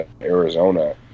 Arizona